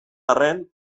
arren